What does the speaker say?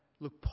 look